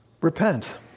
Repent